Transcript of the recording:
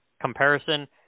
comparison